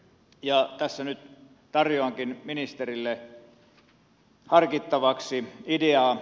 tässä nyt tarjoankin ministerille harkittavaksi ideaa